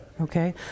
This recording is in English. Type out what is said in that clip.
Okay